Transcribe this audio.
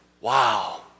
Wow